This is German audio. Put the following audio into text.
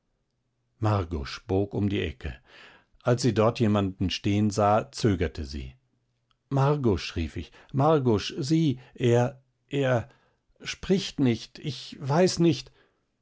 margusch bog um die ecke als sie dort jemand stehen sah zögerte sie margusch rief ich margusch sieh er er spricht nicht ich weiß nicht